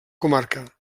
comarca